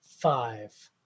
five